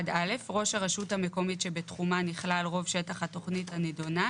"1(א) ראש הרשות המקומית שבתחומה נכלל רוב שטח התוכנית הנידונה,